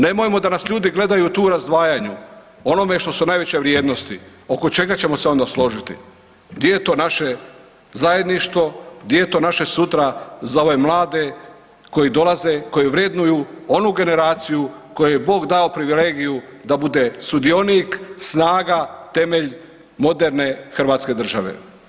Nemojmo da nas ljudi gledaju tu u razdvajanju u onome što su najveće vrijednosti, oko čega ćemo se onda složiti, gdje je to naše zajedništvo, gdje je to naše sutra za ove mlade koji dolaze koji vrednuju onu generaciju kojoj je Bog dao privilegiju da bude sudionik, snaga, temelj moderne hrvatske države.